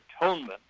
atonement